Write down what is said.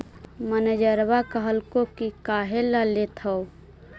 मैनेजरवा कहलको कि काहेला लेथ हहो?